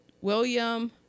William